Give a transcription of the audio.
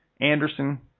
anderson